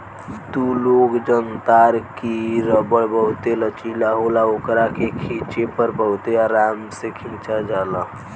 तू लोग जनतार की रबड़ बहुते लचीला होला ओकरा के खिचे पर बहुते आराम से खींचा जाला